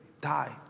die